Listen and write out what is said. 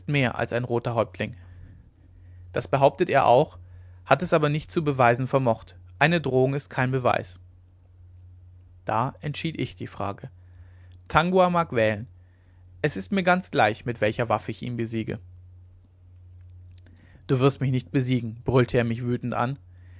mehr als ein roter häuptling das behauptet er auch hat es aber nicht zu beweisen vermocht eine drohung ist kein beweis da entschied ich die frage tangua mag wählen mir ist es ganz gleich mit welcher waffe ich ihn besiege du wirst mich nicht besiegen brüllte er mich wütend an